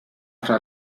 fra